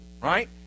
right